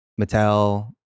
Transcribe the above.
Mattel